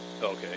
Okay